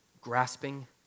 Grasping